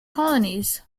colonies